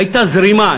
הייתה זרימה,